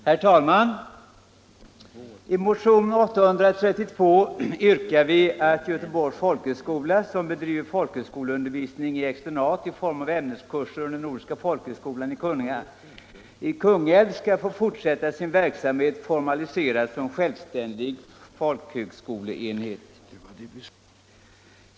Herr talman! I motion 832 yrkar vi att Göteborgs folkhögskola, som bedriver folkhögskoleundervisning i externat i form av ämneskurser under Nordiska folkhögskolan i Kungälv, skall få fortsätta sin verksamhet som självständig folkhögskoleenhet.